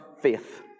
faith